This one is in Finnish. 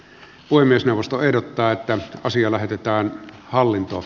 puhemiesneuvosto ehdottaa että asia lähetetään hallintoa